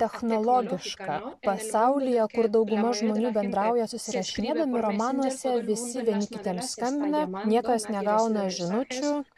technologiška pasaulyje kur dauguma žmonių bendrauja susirašinėdami romanuose vis vieni kitiems skamba niekas negauna žinučių